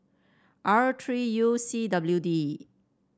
R three U C W D